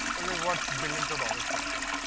will be worth billions of dollars for us.